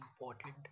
important